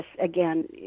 Again